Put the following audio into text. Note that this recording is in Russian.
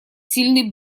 сильный